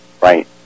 right